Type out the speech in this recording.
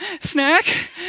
snack